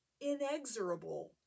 inexorable